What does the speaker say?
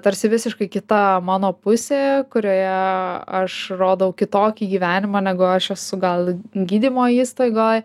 tarsi visiškai kita mano pusė kurioje aš rodau kitokį gyvenimą negu aš esu gal gydymo įstaigoj